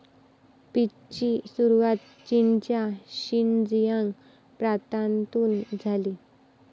पीचची सुरुवात चीनच्या शिनजियांग प्रांतातून झाली